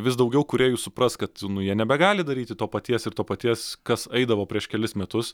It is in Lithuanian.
vis daugiau kūrėjų supras kad jie nebegali daryti to paties ir to paties kas eidavo prieš kelis metus